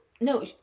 No